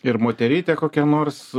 ir moterytė kokia nors